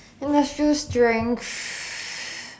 industrial strength